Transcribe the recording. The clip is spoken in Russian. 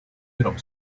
миром